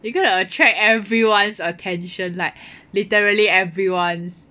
you gonna attract everyone's attention like literally everyone's